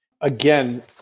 Again